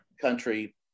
country